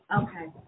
Okay